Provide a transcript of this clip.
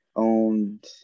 owned